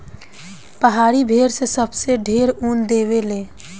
पहाड़ी भेड़ से सबसे ढेर ऊन देवे ले